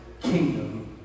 kingdom